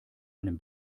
einem